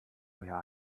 mir